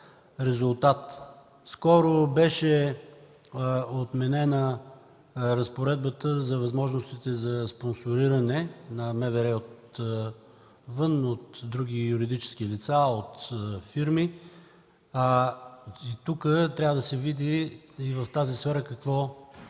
резултат. Скоро беше отменена разпоредбата за възможностите за спонсориране на МВР отвън, от други юридически лица, от фирми. И в тази сфера трябва